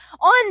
On